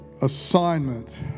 assignment